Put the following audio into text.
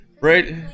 Right